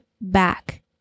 back